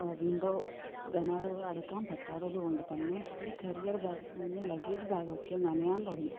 window ജനാലകള് അടക്കാൻ പറ്റാത്തത് കൊണ്ട് തന്നെ എൻ്റെ കാരിയർ ബാഗ് എൻ്റെ ലഗേജ് ബാഗൊക്കെ നനയാൻ തുടങ്ങി